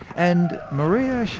and maria